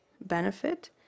benefit